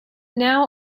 now